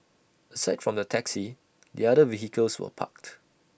aside from the taxi the other vehicles were parked